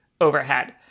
overhead